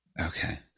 Okay